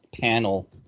panel